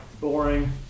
Boring